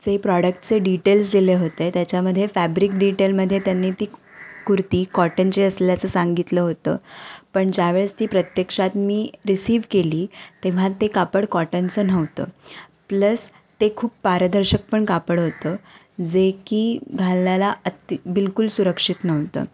जे प्रॉडक्टचे डिटेल्स दिले होते त्याच्यामध्ये फॅब्रिक डिटेलमध्ये त्यांनी ती कुर्ती कॉटनची असलेल्याचं सांगितलं होतं पण ज्यावेळेस ती प्रत्यक्षात मी रिसीव्ह केली तेव्हा ते कापड कॉटनचं नव्हतं प्लस ते खूप पारदर्शक पण कापड होतं जे की घालण्याला अति बिलकुल सुरक्षित नव्हतं